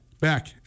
back